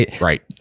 right